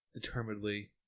determinedly